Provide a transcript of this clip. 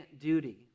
duty